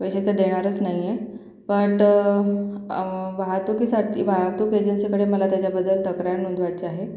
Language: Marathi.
पैसे तर देणारच नाही आहे पंटं वाहतूकीसाठी वाहतूक एजन्सीकडे मला त्याच्याबद्दल तक्रार नोंदवायची आहे